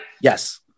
Yes